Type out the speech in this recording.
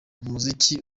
umuziki